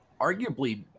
arguably